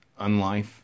unlife